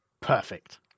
Perfect